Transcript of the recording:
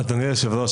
אדוני היושב-ראש,